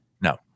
No